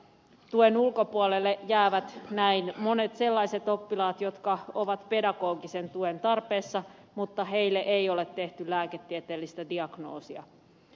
tuen ulkopuolelle jäävät näin monet sellaiset oppilaat jotka ovat pedagogisen tuen tarpeessa mutta joille ei ole tehty lääketieteellistä diagnoosia